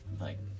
like-